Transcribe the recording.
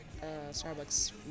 Starbucks